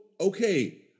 okay